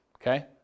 Okay